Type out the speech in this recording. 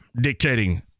dictating